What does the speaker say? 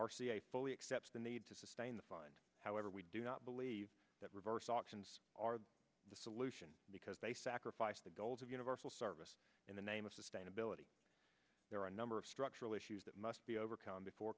a fully accepts the need to sustain the fund however we do not believe that reverse auctions are the solution because they sacrifice the goals of universal service in the name of sustainability there are a number of structural issues that must be overcome before